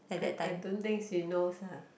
I I don't think she knows ah